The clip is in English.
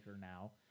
now